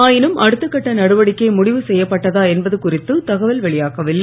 ஆயினும் அடுத்தகட்ட நடவடிக்கை முடிவு செய்யப்பட்டதா என்பது குறித்து தகவல் வெளியாகவில்லை